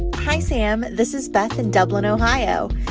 hi, sam. this is beth in dublin, ohio.